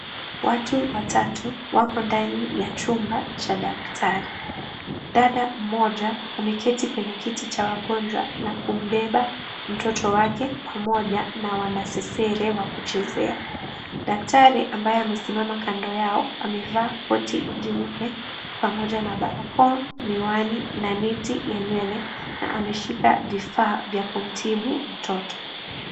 Watu watatu wako ndani ya chumba cha daktari. Dada mmoja ameketi kwenye kiti cha wagonjwa na kumbeba mtoto wake pamoja na wanasesere wa kuchezea. Daktari ambaye amesimama kando yao amevaa koti jeupe pamoja na barakoa, miwani na neti ya nywele ameshika vifaa vya kumtibu mtoto.